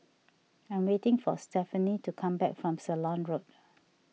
I am waiting for Stephani to come back from Ceylon Road